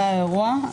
זה האירוע.